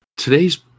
Today's